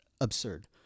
absurd